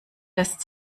lässt